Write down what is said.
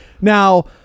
Now